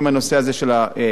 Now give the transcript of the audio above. מה אנחנו רוצים לעשות?